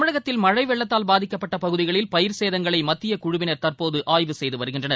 தமிழகத்தில் மழை வெள்ளத்தால் பாதிக்கப்பட்ட பகுதிகளில் பயிா் சேதங்களை மத்திய குழுவினா் தற்போது ஆய்வு செய்து வருகின்றனர்